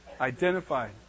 identified